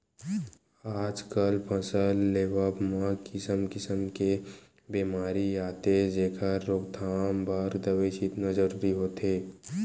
आजकल फसल लेवब म किसम किसम के बेमारी आथे जेखर रोकथाम बर दवई छितना जरूरी होथे